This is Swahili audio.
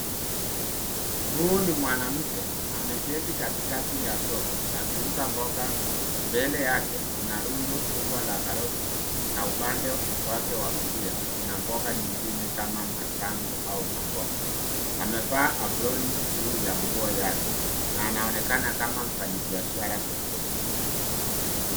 Huyu ni mwanamke, ameketi katikati ya soko, akiuza mboga. Mbele yake, kuna rundu kubwa la karoti, na upande wake wa kulia, kuna mboga nyingine kama madango au maboga. Amevaa aproni juu ya nguo yake, na anaonekana kama mfanyi biashara sokoni.